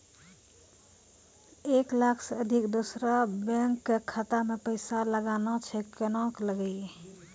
एक लाख से अधिक दोसर बैंक के खाता मे पैसा लगाना छै कोना के लगाए?